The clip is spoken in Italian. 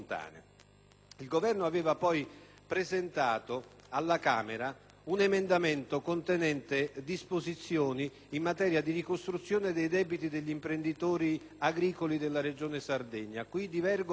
Il Governo aveva poi presentato alla Camera un emendamento contenente disposizioni in materia di ricostruzione dei debiti degli imprenditori agricoli della regione Sardegna.